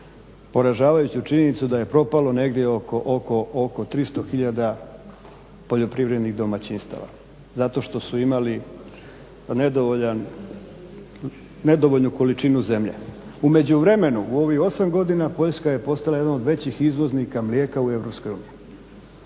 poražavajuću činjenicu da je propalo negdje oko 300 000 poljoprivrednih domaćinstava zato što su imali nedovoljnu količinu zemlje. U međuvremenu u ovih 8 godina Poljska je postala jedna od većih izvoznika mlijeka u